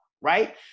right